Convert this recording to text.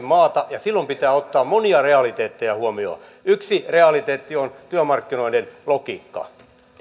maata ja silloin pitää ottaa monia realiteetteja huomioon yksi realiteetti on työmarkkinoiden logiikka